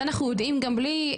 זה אנחנו יודעים גם בלי,